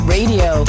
Radio